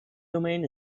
domain